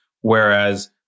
whereas